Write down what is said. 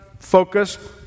focus